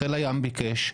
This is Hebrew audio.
זה חיל הים ביקש,